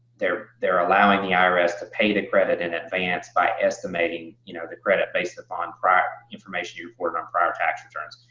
they're they're allowing the ah irs to pay the credit in advance by estimating you know the credit based upon information you reported on prior tax returns.